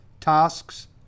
tasks